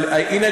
אבל הנה,